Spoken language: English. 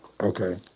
Okay